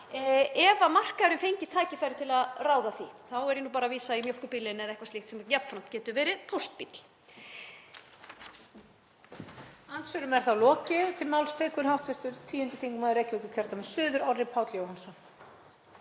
ef markaðurinn fengi tækifæri til að ráða því. Þá er ég bara að vísa í mjólkurbílinn eða eitthvað slíkt sem jafnframt getur verið póstbíll.